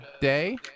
Day